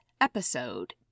episode